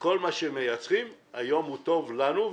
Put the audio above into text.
כל מה שמייצרים היום הוא טוב לנו.